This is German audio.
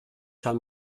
kann